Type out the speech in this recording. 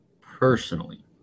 personally